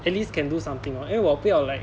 at least can do something 因为我不要 like